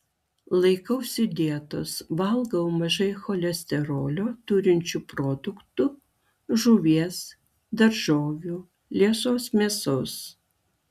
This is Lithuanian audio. laikausi dietos valgau mažai cholesterolio turinčių produktų žuvies daržovių liesos mėsos